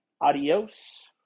Adios